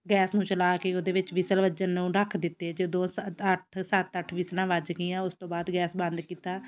gas ਨੂੰ ਚਲਾ ਕੇ ਉਹਦੇ ਵਿੱਚ ਵਿਸਲ ਵੱਜਣ ਨੂੰ ਰੱਖ ਦਿੱਤੇ ਜਦੋਂ ਸ ਅੱਠ ਸੱਤ ਅੱਠ ਵਿਸਲਾਂ ਵੱਜ ਗਈਆਂ ਉਸ ਤੋਂ ਬਾਅਦ ਗੈਸ ਬੰਦ ਕੀਤਾ